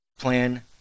plan